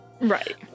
Right